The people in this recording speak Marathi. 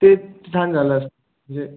ते छान झालं असतं म्हणजे